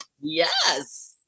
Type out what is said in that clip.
Yes